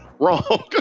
wrong